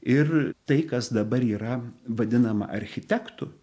ir tai kas dabar yra vadinama architektu